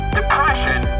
Depression